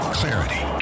clarity